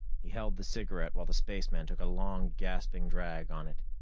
he held the cigarette while the spaceman took a long, gasping drag on it.